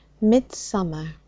Midsummer